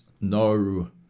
no